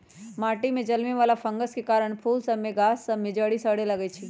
माटि में जलमे वला फंगस के कारन फूल सभ के गाछ सभ में जरी सरे लगइ छै